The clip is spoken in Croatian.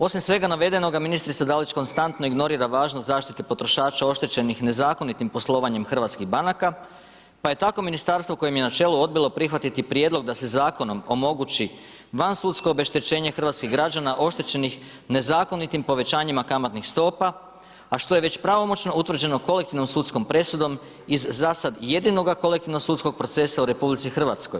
Osim svega navedenoga ministrica Dalić konstantno ignorira važnost zaštite potrošača oštećenih nezakonitim poslovanjem hrvatskih banaka pa je tako ministarstvo kojem je na čelu odbilo prihvatiti prijedlog da se zakonom omogući van sudsko obeštećenje hrvatskih građana oštećenih nezakonitim povećanjima kamatnih stopa a što je već pravomoćno utvrđeno kolektivnom sudskom presudom iz za sada jedinoga kolektivnog sudskog procesa u RH.